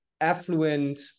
affluent